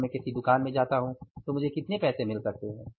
अगर मैं किसी दुकान में जाता हूं तो मुझे कितने पैसे मिल सकते हैं